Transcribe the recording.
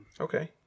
Okay